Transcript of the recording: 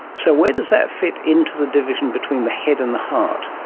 so where does that fit into the division between the head and the heart?